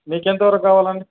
మీకు ఎంతవరకు కావాలండి